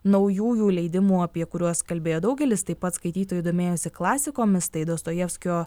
naujųjų leidimų apie kuriuos kalbėjo daugelis taip pat skaitytojų domėjosi klasiko mistai dostojevskio